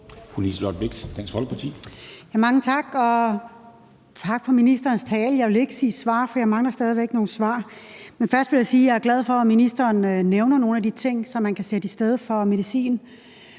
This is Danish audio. Mange tak, og tak for ministerens tale. Jeg vil ikke takke for svaret, for jeg mangler stadig væk nogle svar. Men først vil jeg sige, at jeg er glad for, at ministeren nævner nogle af de ting, som man kan sætte i stedet for medicin,